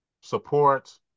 support